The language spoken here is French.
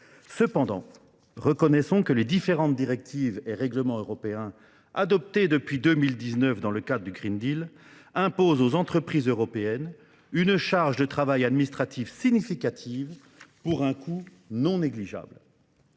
Cependant, reconnaissons que les différentes directives et règlements européens adoptés depuis 2019 dans le cadre du Green Deal imposent aux entreprises européennes une charge de travail administrative significative pour un coût non négligeable.